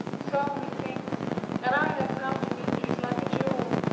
so methinks and i have found demetrius like a jewel,